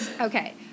Okay